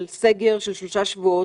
של סגר של שלושה שבועות,